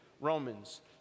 Romans